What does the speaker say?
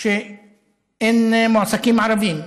שאין בהם מועסקים ערבים.